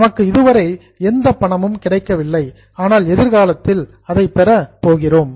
நமக்கு இதுவரை எந்தப் பணமும் கிடைக்கவில்லை ஆனால் எதிர்காலத்தில் அதை பெற போகிறோம்